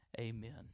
Amen